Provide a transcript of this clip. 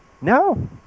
No